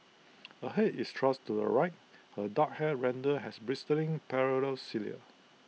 her Head is thrust to the right her dark hair rendered has bristling parallel cilia